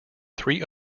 three